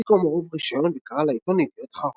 השיג קומרוב רישיון וקרא לעיתון "ידיעות אחרונות".